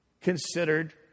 considered